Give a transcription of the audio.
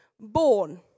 born